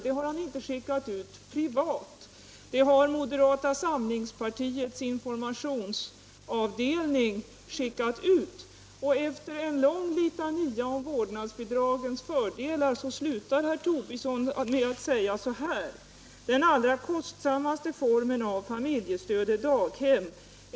Meddelandet har inte skickats ut privat av Lars Tobisson utan det har skett genom moderata samlingspartiets informationsavdelning. Efter en lång litania om vårdnadsbidragens fördelar slutar herr Tobisson med att säga följande: ”Den allra kostsammaste formen av familjestöd är daghem.